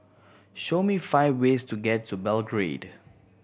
show me five ways to get to Belgrade